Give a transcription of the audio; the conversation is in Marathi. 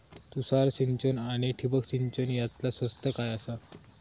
तुषार सिंचन आनी ठिबक सिंचन यातला स्वस्त काय आसा?